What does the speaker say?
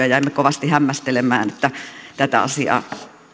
ja jäimme kovasti hämmästelemään että tätä asiaa